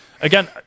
again